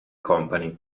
company